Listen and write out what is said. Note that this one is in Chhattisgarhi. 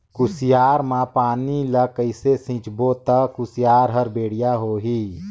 कुसियार मा पानी ला कइसे सिंचबो ता कुसियार हर बेडिया होही?